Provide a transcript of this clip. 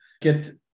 get